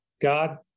God